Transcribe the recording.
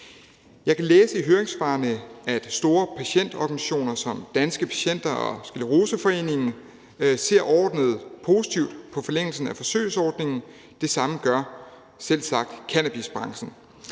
Jeg kan læse i høringssvarene, at store patientorganisationer som Danske Patienter og Scleroseforeningen overordnet set ser positivt på forlængelsen af forsøgsordningen. Det samme gør selvsagt cannabisbranchen.